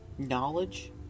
Knowledge